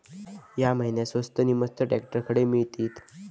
या महिन्याक स्वस्त नी मस्त ट्रॅक्टर खडे मिळतीत?